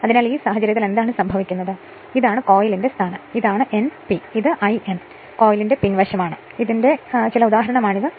അതിനാൽ ഈ സാഹചര്യത്തിൽ എന്താണ് സംഭവിക്കുന്നത് ഇതാണ് കോയിലിന്റെ സ്ഥാനം ഇതാണ് N p ഇതാണ് l N ഇത് കോയിലിന്റെ പിൻ വശമാണ് എന്നതിന്റെ ചില ഉദാഹരണമാണിത്